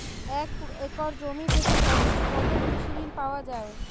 এক একর জমি থেকে সর্বোচ্চ কত কৃষিঋণ পাওয়া য়ায়?